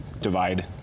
divide